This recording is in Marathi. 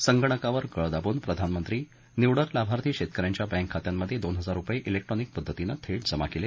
संगणकावर कळ दाबून प्रधानमंत्री निवडक लाभार्थी शेतकऱ्यांच्या बँक खात्यांमध्ये दोन हजार रुपये जेक्ट्रॉनिक पद्धतीनं थेट जमा केले